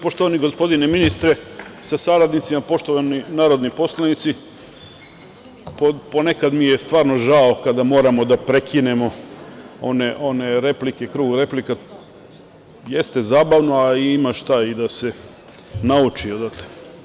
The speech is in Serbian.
Poštovani gospodine ministre sa saradnicima, poštovani narodni poslanici, ponekad mi je stvarno žao kada moramo da prekinemo replike, krug replika, jeste zabavno i ima šta da se nauči odatle.